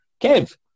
Kev